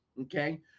okay